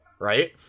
right